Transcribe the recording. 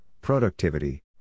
productivity